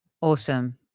Awesome